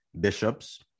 Bishops